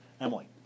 Emily